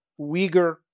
Uyghur